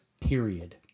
period